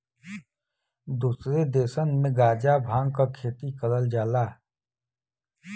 दुसरे देसन में गांजा भांग क खेती करल जाला